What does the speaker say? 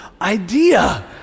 idea